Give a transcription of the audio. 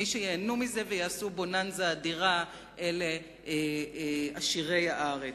מי שייהנו מזה ויעשו בוננזה אדירה אלה עשירי הארץ.